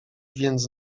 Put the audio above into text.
więc